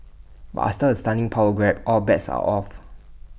but A stunning power grab all bets are off